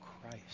Christ